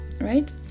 right